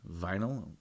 vinyl